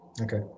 okay